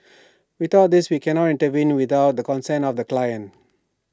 without this we cannot intervene without the consent of the client